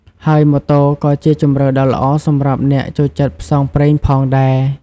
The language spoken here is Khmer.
ហើយម៉ូតូក៏ជាជម្រើសដ៏ល្អសម្រាប់អ្នកចូលចិត្តផ្សងព្រេងផងដែរ។